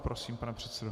Prosím, pane předsedo.